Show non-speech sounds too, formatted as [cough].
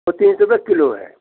[unintelligible] kilo है